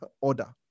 order